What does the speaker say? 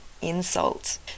insult